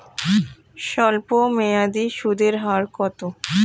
স্বল্পমেয়াদী সুদের হার কত?